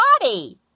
body